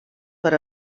per